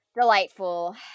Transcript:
delightful